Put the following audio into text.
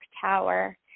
tower